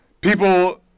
people